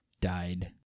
died